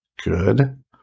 good